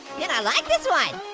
yeah like this one.